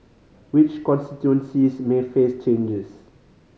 which constituencies may face changes